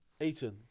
Aiton